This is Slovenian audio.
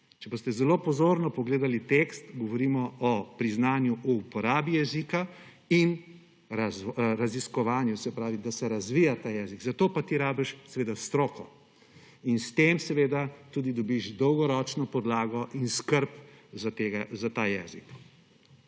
Če boste zelo pozorno pogledali tekst, govorimo o priznanju o uporabi jezika in o raziskovanju, se pravi, da se razvija ta jezik. Za to pa seveda ti rabiš stroko in s tem tudi dobiš dolgoročno podlago in skrb za ta jezik.